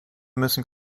müssen